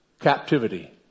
captivity